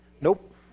Nope